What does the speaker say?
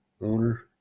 Owner